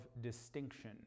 distinction